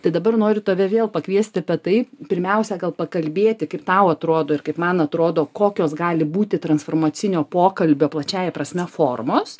tai dabar noriu tave vėl pakviesti apie tai pirmiausia gal pakalbėti kaip tau atrodo ir kaip man atrodo kokios gali būti transformacinio pokalbio plačiąja prasme formos